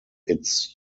its